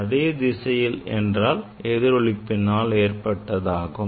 அதே திசையில் என்றால் எதிரொளிப்பினால் ஏற்பட்டதாகும்